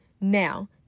Now